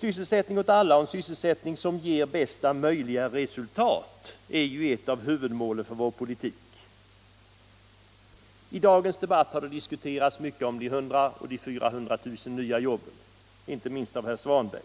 Sysselsättning åt alla och en sysselsättning som ger bästa möjliga resultat är ett av huvudmålen för vår politik. Här i dag har det diskuterats mycket om de 100 000 och 400 000 nya jobben — inte minst har herr Svanberg